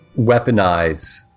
weaponize